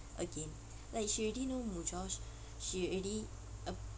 again like she already know Mujosh she already ap~